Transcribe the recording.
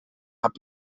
have